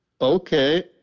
Okay